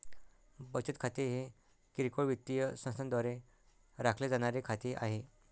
बचत खाते हे किरकोळ वित्तीय संस्थांद्वारे राखले जाणारे खाते आहे